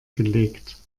gelegt